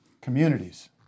Communities